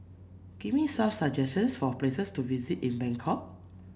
give me some suggestions for places to visit in Bangkok